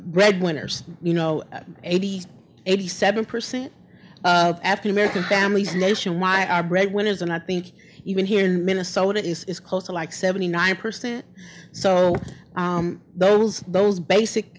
breadwinners you know eighty eighty seven percent of african american families lation why are breadwinners and i think even here in minnesota it is close to like seventy nine percent so those those basic